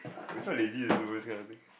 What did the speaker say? that's why I lazy to do this kind of thing